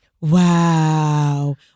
Wow